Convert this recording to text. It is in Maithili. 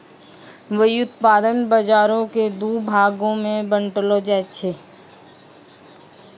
व्युत्पादन बजारो के दु भागो मे बांटलो जाय छै